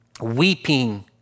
Weeping